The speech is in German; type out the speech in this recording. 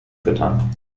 füttern